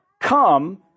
come